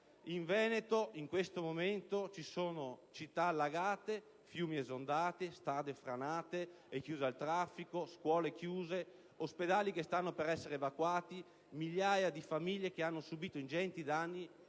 In Veneto in questo momento ci sono città allagate, fiumi esondati, strade franate e chiuse al traffico, scuole chiuse, ospedali che stanno per essere evacuati, migliaia di famiglie che hanno subito ingenti danni